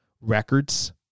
records